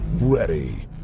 ready